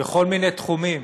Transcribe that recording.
בכל מיני תחומים